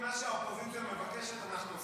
מה שהאופוזיציה מבקשת, אנחנו עושים.